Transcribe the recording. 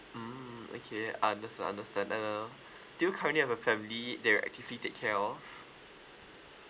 mm okay understand understand uh do you currently have a family that you actively take care of